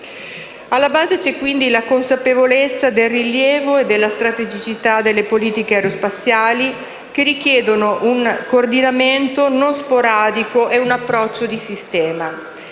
Alla base c'è quindi la consapevolezza del rilievo e della strategicità delle politiche aerospaziali, che richiedono un coordinamento non sporadico e un approccio di sistema.